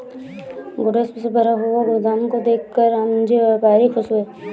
goods से भरा हुआ गोदाम को देखकर रामजी व्यापारी खुश हुए